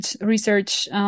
research